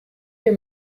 your